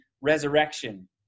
resurrection